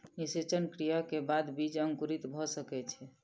निषेचन क्रिया के बाद बीज अंकुरित भ सकै छै